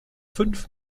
fünf